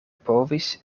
povis